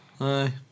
Aye